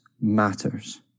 matters